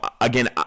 again